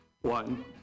one